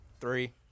Three